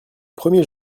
premier